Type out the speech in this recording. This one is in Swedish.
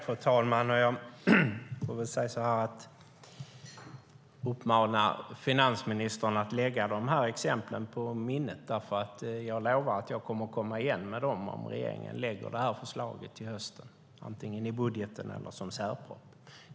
Fru talman! Jag får väl uppmana finansministern att lägga de här exemplen på minnet. Jag lovar att jag kommer igen med dem, om regeringen lägger fram det här förslaget till hösten, antingen i budgeten eller som en särproposition.